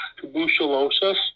tuberculosis